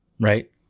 Right